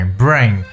?brain